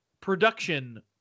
production